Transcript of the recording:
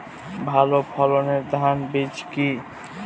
ভালো ফলনের ধান বীজ কি?